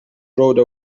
rode